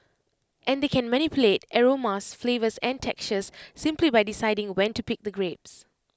and they can manipulate aromas flavours and textures simply by deciding when to pick the grapes